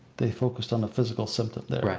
they focused on the physical symptoms,